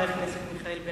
חבר הכנסת מיכאל בן-ארי.